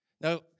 Now